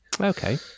Okay